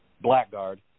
blackguard